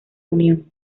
unión